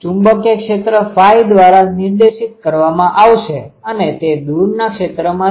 ચુંબકીય ક્ષેત્ર ϕ દ્વારા નિર્દેશિત કરવામાં આવશે અને તે દૂરના ક્ષેત્રમાં છે